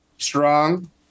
Strong